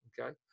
Okay